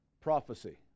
prophecy